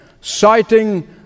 citing